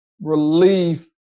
relief